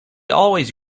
always